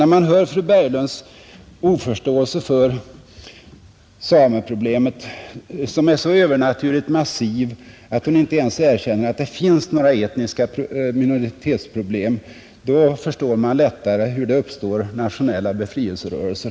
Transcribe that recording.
När man hör fru Berglunds oförståelse för sameproblemet — den är så övernaturligt massiv att hon inte ens erkänner att det finns etniska minoritetsproblem — förstår man lättare varför det uppstår nationella befrielserörelser.